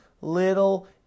little